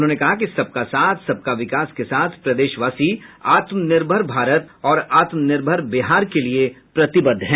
उन्होंने कहा कि सबका साथ सबका विकास के साथ प्रदेशवासी आत्मनिर्भर भारत और आत्मनिर्भर बिहार के लिए प्रतिबद्ध हैं